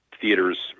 theaters